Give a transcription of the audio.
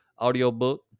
audiobook